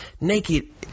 Naked